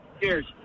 Cheers